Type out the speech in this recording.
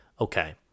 okay